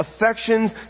affections